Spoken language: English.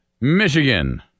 Michigan